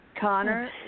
Connor